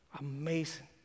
amazing